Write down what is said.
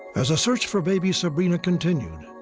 as a search for baby sabrina continued,